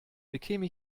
bekäme